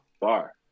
bar